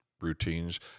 routines